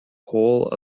whole